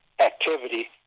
activity